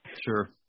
Sure